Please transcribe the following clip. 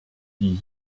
die